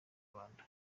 rwanda